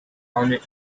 founded